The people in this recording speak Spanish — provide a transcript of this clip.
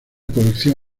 colección